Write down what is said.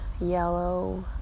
yellow